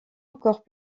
encore